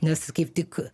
nes kaip tik